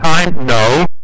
No